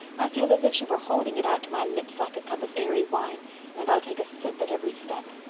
i feel as if she were holding it out to my lips like a cup of airy wine and i'll take a sip at every step.